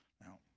Now